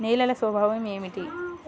నేలల స్వభావం ఏమిటీ?